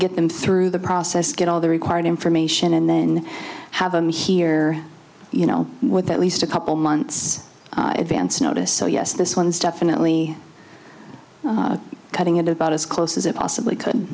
get them through the process get all the required information and then have them here you know what the at least a couple months events notice so yes this one's definitely cutting it about as close as it possibly could